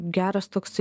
geras toks